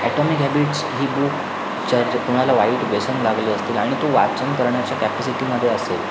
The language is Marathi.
ॲटोमिक हॅबिट्स ही बुक जर जर कुणाला वाईट व्यसन लागले असतील आणि तो वाचून करण्याच्या कॅपॅसिटीमध्ये असेल